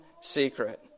secret